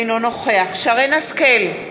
אינו נוכח שרן השכל,